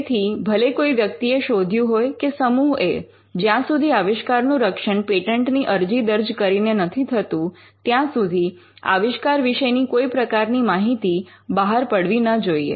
તેથી ભલે કોઈ વ્યક્તિએ શોધ્યુ હોય કે સમૂહે જ્યાં સુધી આવિષ્કારનું રક્ષણ પેટન્ટની અરજી દર્જ કરીને નથી થતું ત્યાં સુધી આવિષ્કાર વિશેની કોઈ પ્રકારની માહિતી બહાર પડવી ન જોઈએ